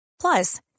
Plus